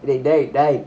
wait டேய்டேய்:dei dei